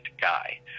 guy